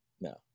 No